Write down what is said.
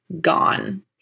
gone